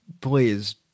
please